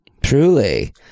Truly